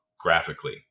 graphically